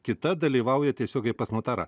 kita dalyvauja tiesiogiai pas notarą